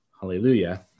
hallelujah